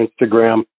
Instagram